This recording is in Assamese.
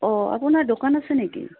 অঁ আপোনাৰ দোকান আছে নেকি